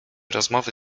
rozmowy